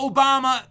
Obama